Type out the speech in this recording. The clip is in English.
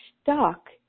stuck